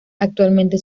actualmente